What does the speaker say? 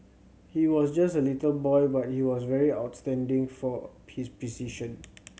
he was just a little boy but he was very outstanding for his precision